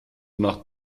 nach